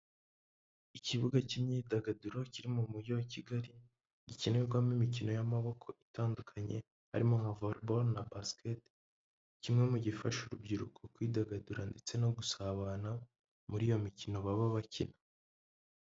Ikibuga cy'imyidagaduro kiri mu mujyi wa Kigali, gikinirwamo imikino y'amaboko itandukanye, harimo volebolo na basikete, kimwe mu gifasha urubyiruko kwidagadura ndetse no gusabana muri iyo mikino baba bakina.